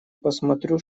посмотрю